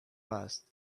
passed